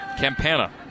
Campana